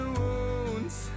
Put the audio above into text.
wounds